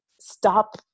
stop